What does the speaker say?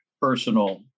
personal